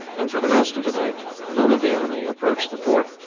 and for the rest of the day none of the enemy approached the fort.